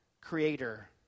creator